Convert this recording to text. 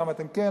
למה אתם כן,